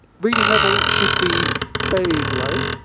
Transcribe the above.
reading level should be fairly low.